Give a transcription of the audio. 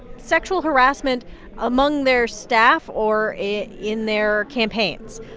sexual harassment among their staff or in in their campaigns.